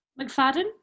McFadden